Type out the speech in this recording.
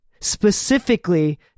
specifically